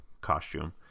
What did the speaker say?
costume